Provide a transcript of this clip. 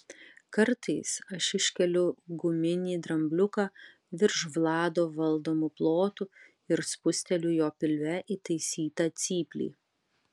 kartais aš iškeliu guminį drambliuką virš vlado valdomų plotų ir spusteliu jo pilve įtaisytą cyplį